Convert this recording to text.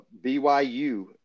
BYU